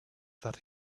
that